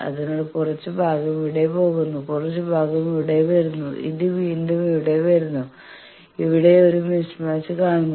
അതിനാൽ കുറച്ച് ഭാഗം ഇവിടെ പോകുന്നു കുറച്ച് ഭാഗം ഇവിടെ വരുന്നു ഇത് വീണ്ടും ഇവിടെ വരുന്നു ഇവിടെ ഒരു മിസ്മാച്ച് കാണുന്നു